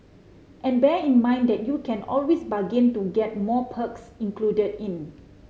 and bear in mind that you can always bargain to get more perks included in